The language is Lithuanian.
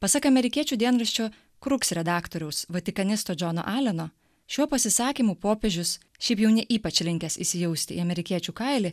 pasak amerikiečių dienraščio kruks redaktoriaus vatikanisto džono aleno šiuo pasisakymu popiežius šiaip jau ne ypač linkęs įsijausti į amerikiečių kailį